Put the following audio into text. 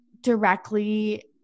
directly